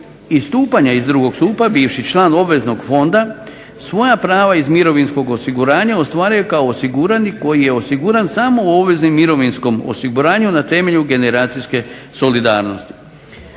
istupanja iz drugog stupa bivši član obveznog fonda, svoja prava iz mirovinskog osiguranja ostvaruje kao osiguranik koji je osiguran samo u obveznom mirovinskom osiguranju na temelju generacijske solidarnosti.